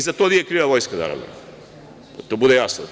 Za to nije kriva Vojska naravno, da to bude jasno.